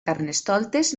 carnestoltes